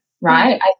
right